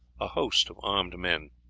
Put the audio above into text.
a host of armed men.